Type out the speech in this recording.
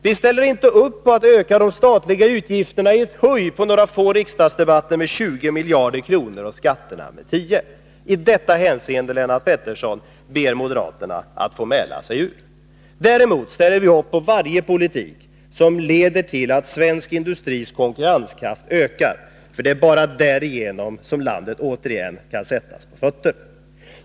Vi ställer inte upp på att öka de statliga utgifterna i ett huj under några få riksdagsdebatter med 20 miljarder kronor och skatterna med 10. I detta hänseende, Lennart Pettersson, ber moderaterna att få mäla sig ur. Däremot ställer vi upp på varje politik som leder till att svensk industris konkurrenskraft ökar. Det är bara därigenom som landet återigen kan sättas på fötter.